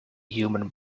human